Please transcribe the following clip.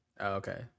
okay